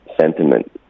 sentiment